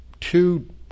Two